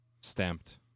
Stamped